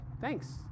thanks